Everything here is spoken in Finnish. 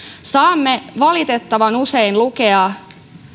saamme valitettavan usein lukea